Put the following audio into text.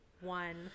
one